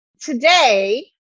Today